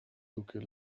duque